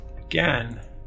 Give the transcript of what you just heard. Again